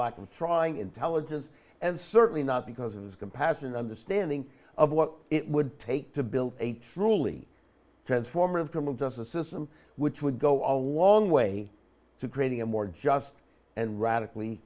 of trying intelligence and certainly not because of his compassion and understanding of what it would take to build a truly transformative criminal justice system which would go a long way to creating a more just and radically